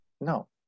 No